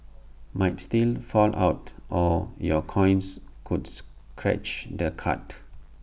might still fall out or your coins could scratch the card